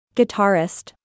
Guitarist